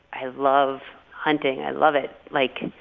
i love hunting i love it. like,